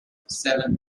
seven